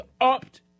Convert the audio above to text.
opt